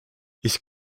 ich